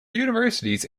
universities